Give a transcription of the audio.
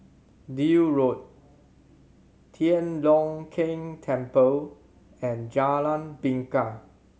Deal Road Tian Leong Keng Temple and Jalan Bingka